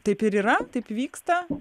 taip ir yra taip vyksta